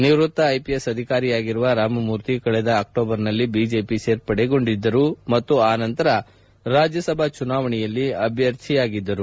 ನಿವ್ವತ್ತ IPS ಅಧಿಕಾರಿಯಾಗಿರುವ ರಾಮಮೂರ್ತಿ ಕಳೆದ ಅಕ್ಷೋಬರ್ನಲ್ಲಿ ಬಿಜೆಪಿ ಸೇರ್ಪಡೆಗೊಂಡಿದ್ದರು ಮತ್ತು ಆ ನಂತರ ರಾಜ್ಯ ಸಭಾ ಚುನಾವಣೆಯಲ್ಲಿ ಅಭ್ಯರ್ಥಿಯಾಗಿದ್ದರು